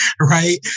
right